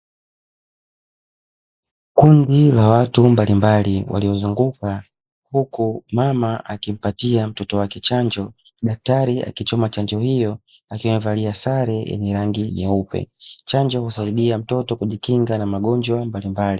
Kundi la watu mbalimbali waliozunguka , huku mama akimpatia mtoto wake chanjo , daktari akichoma chanjo hiyo akiwa amevalia sare yenye rangi nyeupe, chanjo husaidia mtoto kujikinga na magonjwa mbalimbali.